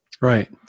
Right